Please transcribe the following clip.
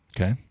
Okay